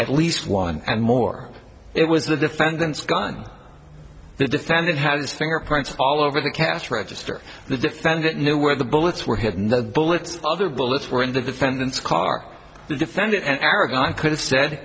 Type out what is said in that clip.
at least one and more it was the defendant's gun the defendant had his fingerprints all over the cash register the defendant knew where the bullets were hidden the bullets other bullets were in the defendant's car the defendant and aragon could have said